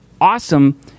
awesome